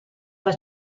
alla